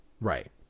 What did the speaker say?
Right